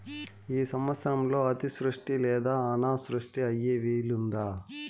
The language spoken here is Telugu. ఈ సంవత్సరంలో అతివృష్టి లేదా అనావృష్టి అయ్యే వీలుందా?